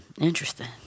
Interesting